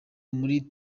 muri